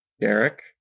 Derek